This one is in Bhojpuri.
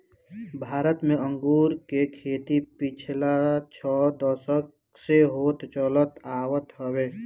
भारत में अंगूर के खेती पिछला छह दशक से होत चलत आवत हवे